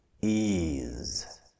ease